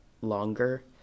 longer